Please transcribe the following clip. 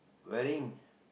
wearing